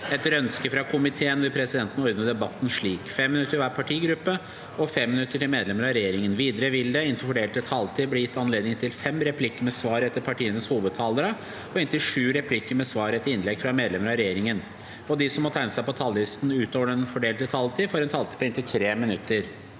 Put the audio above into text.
og omsorgskomiteen vil presidenten ordne debatten slik: 5 minutter til hver partigruppe og 5 minutter til medlemmer av regjeringen. Videre vil det – innenfor den fordelte taletid – bli gitt anledning til inntil fem replikker med svar etter partienes hovedtalere og inntil sju replikker med svar etter innlegg fra medlemmer av regjeringen, og de som måtte tegne seg på talerlisten utover den fordelte taletid, får en taletid på inntil 3 minutter.